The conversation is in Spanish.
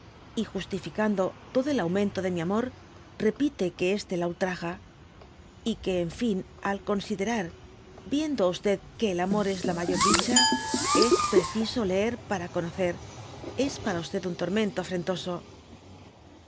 y justificando todo el aumento de mi amor repite que este la ultraja y que en fin al considerar viendo á q que el aíor es la mayor dicha es preciso leer para conocer es para q un tormento afrentoso